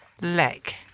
leg